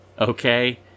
Okay